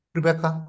Rebecca